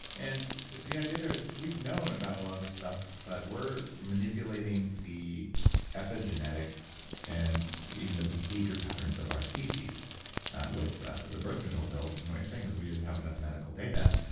and the idea there is, we've known about a lot of this stuff, but we're manipulating the epigenetics and even the behavior patterns of our species with the the birth control pills, and what you're saying is we didn't have enough medical data.